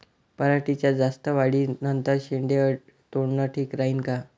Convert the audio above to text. पराटीच्या जास्त वाढी नंतर शेंडे तोडनं ठीक राहीन का?